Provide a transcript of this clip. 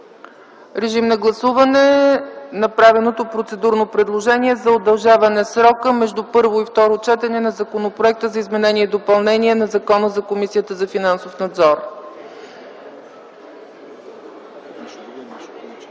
Режим на гласуване за направеното процедурно предложение за удължаване срока между първо и второ четене на Законопроекта за изменение и допълнение на Закона за Комисията за финансов надзор. Гласували